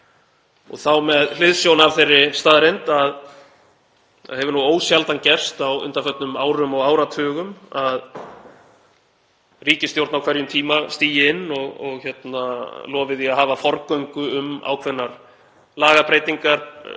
og þá með hliðsjón af þeirri staðreynd að það hefur ósjaldan gerst á undanförnum árum og áratugum að ríkisstjórn á hverjum tíma stigi inn og lofi því að hafa forgöngu um ákveðnar lagabreytingar,